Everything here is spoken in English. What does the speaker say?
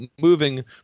moving